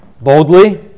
boldly